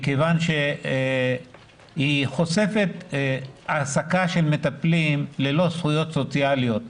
מכיוון שהיא חושפת העסקה של מטפלים ללא זכויות סוציאליות.